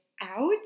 Out